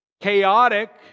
chaotic